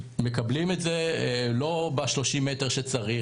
מקבלים את זה לא ב-30 מטר שצריך,